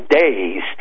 days